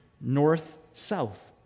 north-south